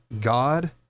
God